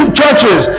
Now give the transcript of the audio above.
churches